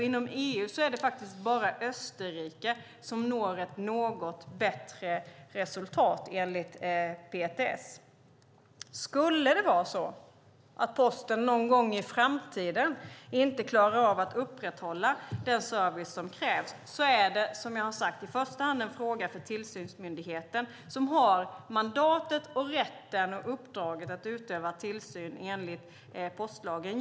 Inom EU är det bara Österrike som når ett något bättre resultat, enligt PTS. Skulle det vara så att Posten någon gång i framtiden inte klarar av att upprätthålla den service som krävs är det som sagt i första hand en fråga för tillsynsmyndigheten, som har mandatet, rätten och uppdraget att utöva tillsyn i enlighet med postlagen.